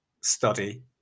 study